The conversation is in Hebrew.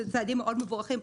זה צעדים מאוד מבורכים.